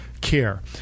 care